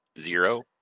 zero